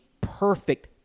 perfect